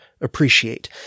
appreciate